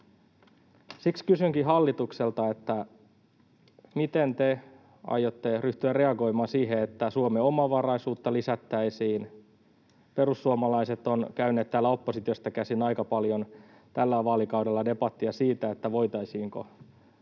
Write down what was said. Siksi kysynkin hallitukselta: miten te aiotte ryhtyä reagoimaan siihen, että Suomen omavaraisuutta lisättäisiin? Perussuomalaiset ovat käyneet täältä oppositiosta käsin aika paljon tällä vaalikaudella debattia siitä, voitaisiinko